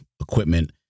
equipment